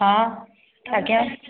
ହଁ ଆଜ୍ଞା